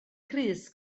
crys